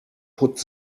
put